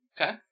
Okay